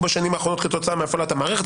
בשנים האחרונות כתוצאה מהפעלת המערכת.